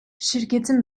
şirketin